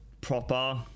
proper